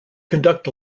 conduct